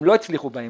הם לא הצליחו בהם.